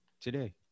today